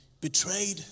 Betrayed